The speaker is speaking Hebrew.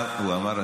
ותחפש שנאה,